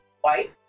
white